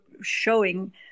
showing